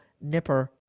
Nipper